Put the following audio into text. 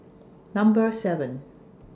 Number seven